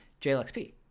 JLXP